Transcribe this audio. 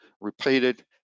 repeated